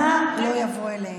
"לא ישפטו וריב אלמנה לא יבוא אליהם".